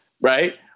right